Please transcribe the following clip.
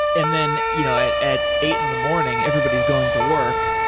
and then you know at at eight in the morning everybody is going to work,